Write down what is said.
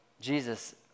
Jesus